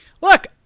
Look